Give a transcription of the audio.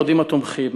התומכים.